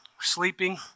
sleeping